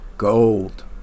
Gold